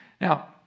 Now